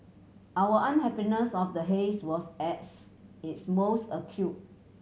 our unhappiness of the haze was as its most acute